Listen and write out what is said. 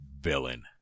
villain